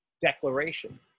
declaration